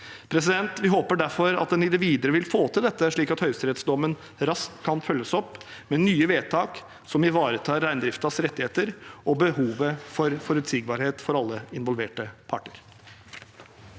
brutt. Vi håper derfor at en i det videre vil få til dette, slik at høyesterettsdommen raskt kan følges opp med nye vedtak som ivaretar reindriftens rettigheter og behovet for forutsigbarhet for alle involverte parter.